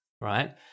Right